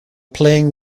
playing